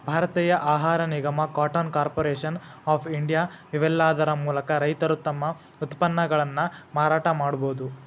ಭಾರತೇಯ ಆಹಾರ ನಿಗಮ, ಕಾಟನ್ ಕಾರ್ಪೊರೇಷನ್ ಆಫ್ ಇಂಡಿಯಾ, ಇವೇಲ್ಲಾದರ ಮೂಲಕ ರೈತರು ತಮ್ಮ ಉತ್ಪನ್ನಗಳನ್ನ ಮಾರಾಟ ಮಾಡಬೋದು